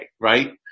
right